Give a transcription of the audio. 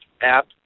app